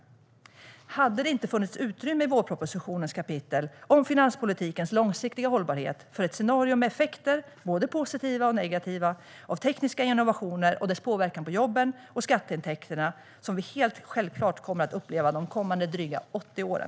Hade det inte funnits utrymme i vårpropositionens kapitel om finanspolitikens långsiktiga hållbarhet för ett scenario med effekter, både positiva och negativa, av tekniska innovationer och deras påverkan på jobben och skatteintäkterna, något som vi helt självklart kommer att uppleva de kommande dryga 80 åren?